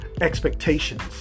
expectations